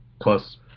plus